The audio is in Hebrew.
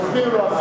תסביר לו,